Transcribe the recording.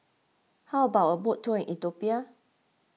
how about a boat tour in Ethiopia